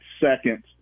second